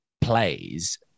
plays